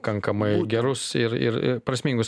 kankamai gerus ir ir ir prasmingus